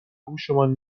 گوشمان